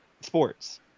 sports